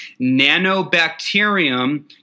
nanobacterium